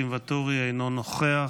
נוכחת,